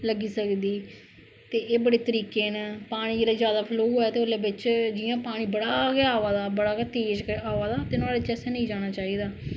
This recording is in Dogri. लग्गी सकदी ते एह् बडे़ तरिके ना पानी जिसलै ज्यादा फ्लो होऐ ते उसलै बिच जियां पानी बड़ा गै अवा दा बड़ा गै तेज अवा दा नुआढ़े च आसें नेई जाना चाहिदा